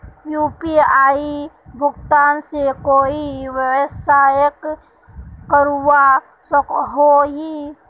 UPI भुगतान से कोई व्यवसाय करवा सकोहो ही?